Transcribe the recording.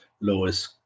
lowest